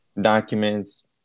documents